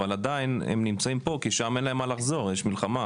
אבל עדיין נמצאים פה כי אין להם לאן לחזור כי יש מלחמה.